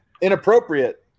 Inappropriate